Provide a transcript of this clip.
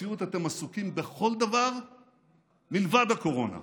במציאות אתם עסוקים בכל דבר מלבד הקורונה.